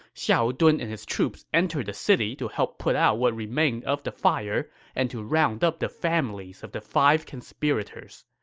xiahou dun and his troops entered the city to help put out what remained of the fire and to round up the families of the five conspirators.